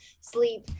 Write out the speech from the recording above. sleep